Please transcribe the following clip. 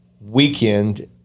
weekend